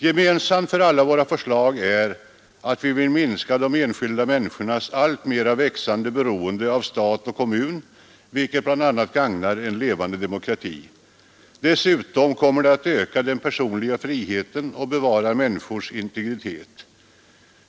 Gemensamt för alla våra förslag är att vi vill minska de enskilda människornas alltmer växande beroende av stat och kommun, vilket bl.a. gagnar en levande demokrati. Dessutom kommer det enskilda sparandet att öka den personliga friheten och bevara människornas integritet.